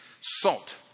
salt